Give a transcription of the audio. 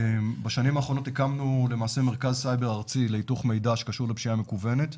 בשנים האחרונות הקמנו מרכז סייבר ארצי להיתוך מידע שקשור לפשיעה מקוונת,